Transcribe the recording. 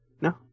No